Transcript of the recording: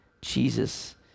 jesus